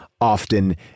often